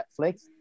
Netflix